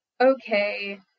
okay